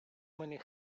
many